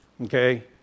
okay